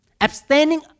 Abstaining